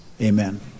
amen